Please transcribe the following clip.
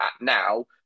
now